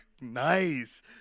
nice